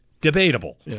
Debatable